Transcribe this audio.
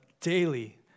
daily